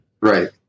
Right